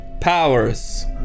powers